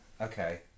Okay